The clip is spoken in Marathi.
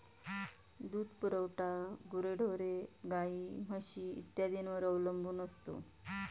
दूध पुरवठा गुरेढोरे, गाई, म्हशी इत्यादींवर अवलंबून असतो